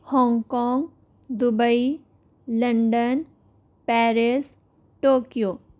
Hong Kong Dubai London Paris Tokyo